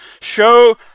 Show